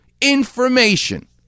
Information